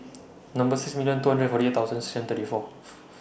Number six million two hundred and forty eight thousand and thirty four